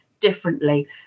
differently